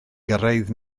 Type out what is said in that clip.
gyrraedd